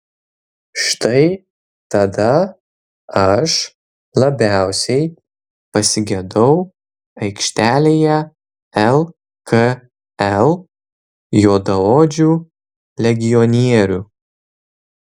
štai tada aš labiausiai pasigedau aikštelėje lkl juodaodžių legionierių